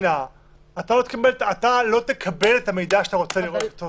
לו שהוא לא יקבל את המידע שהוא רוצה לקבל.